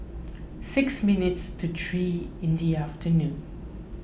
six minutes to three in the afternoon